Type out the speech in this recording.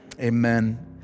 amen